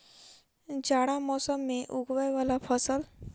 जाड़ा मौसम मे उगवय वला फसल?